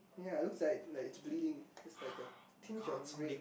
ya looks like like it is bleeding is like a pinch of red